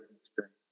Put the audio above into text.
experience